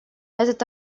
этот